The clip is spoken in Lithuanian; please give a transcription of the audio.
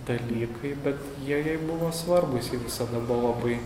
dalykai bet jie jai buvo svarbūs ji visada buvo labai